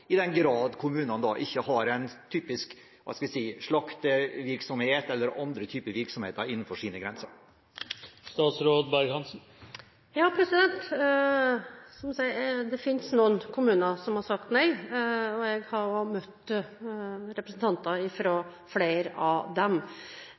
i den grad kommunene ikke har en typisk slaktevirksomhet eller andre typer virksomheter innenfor sine grenser? Som jeg sa, så finnes det noen kommuner som har sagt nei, og jeg har møtt representanter